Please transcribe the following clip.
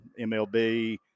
MLB